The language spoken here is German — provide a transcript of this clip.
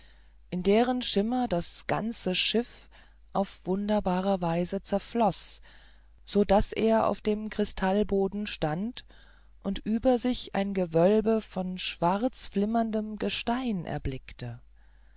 in deren schimmer das ganze schiff auf wunderbare weise zerfloß so daß er auf dem kristallboden stand und über sich ein gewölbe von schwarz flimmerndem gestein erblickte